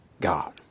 God